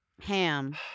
Ham